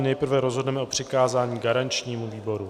Nejprve rozhodneme o přikázání garančnímu výboru.